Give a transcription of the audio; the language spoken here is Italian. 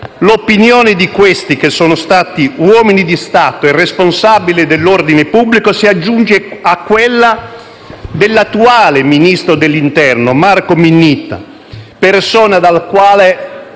L'opinione di questi, che sono stati uomini di Stato e responsabili dell'ordine pubblico, si aggiunge a quella dell'attuale ministro dell'interno, Marco Minniti, persona dalla quale